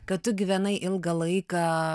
kad tu gyvenai ilgą laiką